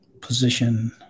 position